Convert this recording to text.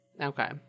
Okay